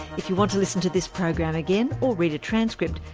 if you want to listen to this program again, or read a transcript,